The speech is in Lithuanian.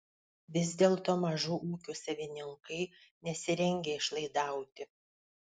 vis dėlto mažų ūkių savininkai nesirengia išlaidauti